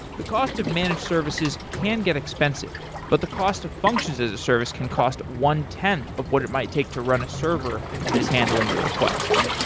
the cost of managed services can get expensive, but the cost of functions as a service can cost one-tenth of what it might take to run a server that is handling your requests